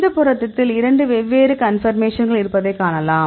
இந்த புரதத்தில் இரண்டு வெவ்வேறு கன்பர்மேஷன்கள் இருப்பதைக் காணலாம்